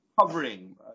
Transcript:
covering